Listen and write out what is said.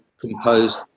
composed